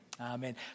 Amen